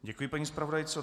Děkuji paní zpravodajce.